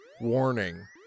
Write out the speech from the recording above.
Warning